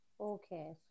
Okay